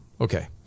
Okay